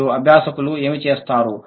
మరియు అభ్యాసకులు ఏమి చేస్తారు